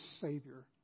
savior